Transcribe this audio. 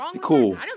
Cool